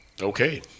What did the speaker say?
Okay